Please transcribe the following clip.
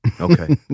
Okay